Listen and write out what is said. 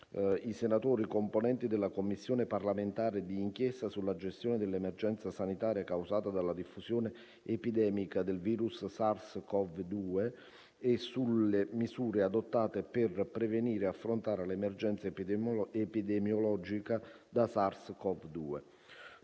Segre e Sisto. Commissione parlamentare di inchiesta sulla gestione dell’emergenza sanitaria causata dalla diffusione epidemica del virus SARS-CoV-2 e sulle misure adottate per prevenire e affrontare l’emergenza epidemiologica da SARS-CoV-2,